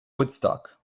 woodstock